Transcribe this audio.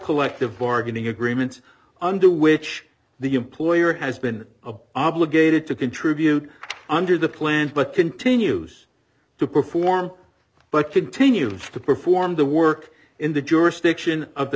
collective bargaining agreement under which the employer has been a obligated to contribute under the plan but continues to perform but continues to perform the work in the jurisdiction of the